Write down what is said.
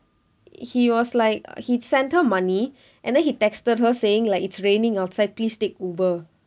he was like he sent her money and then he texted her saying like it's raining outside please take uber